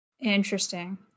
Interesting